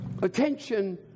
attention